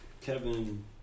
Kevin